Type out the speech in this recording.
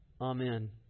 Amen